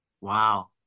Wow